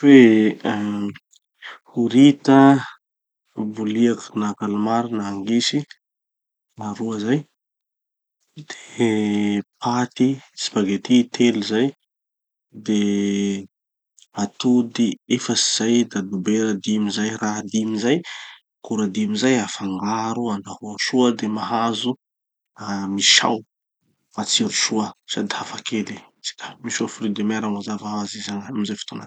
Hoe uhm horita vô boliaky na calmar na angisy, roa zay. De paty, spaghetti, telo zay. De atody, efatsy zay. Da dobera, dimy zay. Raha dimy zay, akora dimy zay afangaro andrahô soa de mahazo ah mi-sao matsiro soa sady hafa kely. Misao fruits de mer mazava hoazy izy, agnarany amy ze fotoa zay.